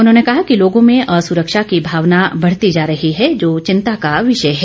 उन्होंने कहा कि लोगों में असुरक्षा की भावना बढ़ती जा रही है जो चिंता का विषय है